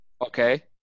Okay